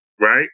right